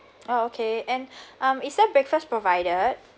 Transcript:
oh okay and um is that breakfast provided